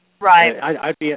Right